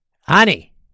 Honey